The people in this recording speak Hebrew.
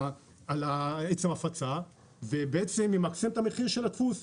עצם ההפצה ובעצם ימקסם את המחיר של הדפוס.